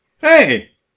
Hey